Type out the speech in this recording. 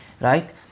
right